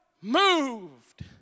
moved